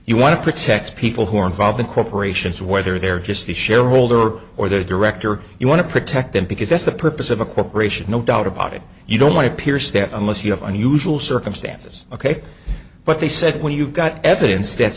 you want to protect people who are involved in corporations whether they're just the shareholder or the director you want to protect them because that's the purpose of a corporation no doubt about it you don't want to pierce that unless you have unusual circumstances ok but they said when you've got evidence that